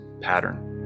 pattern